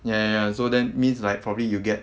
ya ya so that means like probably you'll get